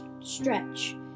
stretch